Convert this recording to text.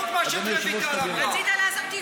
אדוני היושב-ראש, תגן עליי.